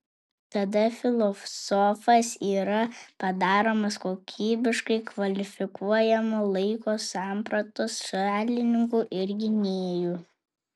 tada filosofas yra padaromas kokybiškai kvalifikuojamo laiko sampratos šalininku ir gynėju